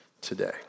today